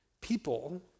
people